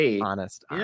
honest